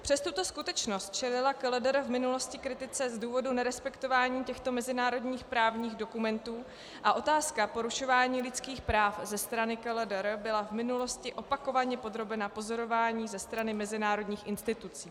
Přes tuto skutečnost čelila KLDR v minulosti kritice z důvodu nerespektování těchto mezinárodních právních dokumentů a otázka porušování lidských práv ze strany KLDR byla v minulosti opakovaně podrobena pozorování ze strany mezinárodních institucí.